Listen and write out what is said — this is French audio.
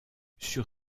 sur